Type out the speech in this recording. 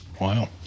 Wow